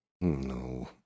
No